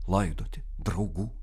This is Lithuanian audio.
laidoti draugų